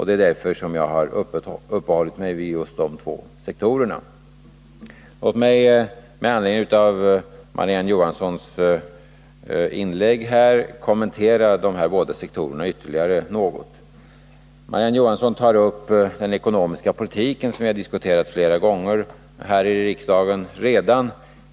Det är därför jag har uppehållit mig vid just de här två sektorerna. Låt mig med anledning av Marie-Ann Johanssons inlägg kommentera dessa båda sektorer ytterligare något! Marie-Ann Johansson tog upp den ekonomiska politiken, som vi redan diskuterat flera gånger här i riksdagen.